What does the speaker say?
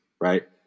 right